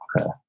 Okay